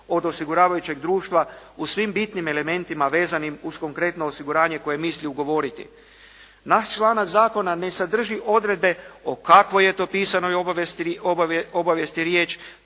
od osiguravajućeg društva u svim bitnim elementima vezanim uz konkretno osiguranje koje misli ugovoriti. Naš članak zakona ne sadrži odredbe o kakvoj je to pisanoj obavijesti riječ,